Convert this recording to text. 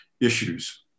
issues